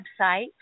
website